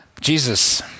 Jesus